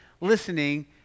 listening